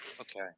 okay